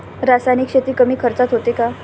रासायनिक शेती कमी खर्चात होते का?